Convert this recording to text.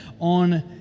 on